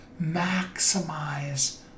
maximize